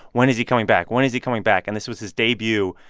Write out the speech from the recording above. when is he coming back? when is he coming back? and this was his debut,